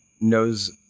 knows